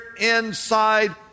inside